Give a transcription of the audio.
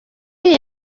iyi